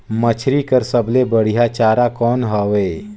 मछरी बर सबले बढ़िया चारा कौन हवय?